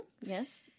Yes